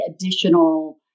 additional